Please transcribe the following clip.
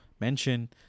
mention